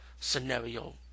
scenario